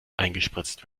eingespritzt